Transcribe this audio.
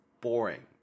boring